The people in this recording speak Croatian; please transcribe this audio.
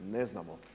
Ne znamo.